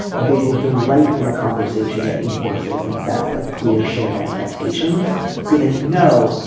and they will delight in a conversation that enforces and sets like clear shared expectations. so they know,